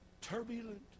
Turbulent